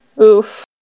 Oof